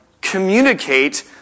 communicate